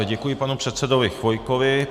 Děkuji panu předsedovi Chvojkovi.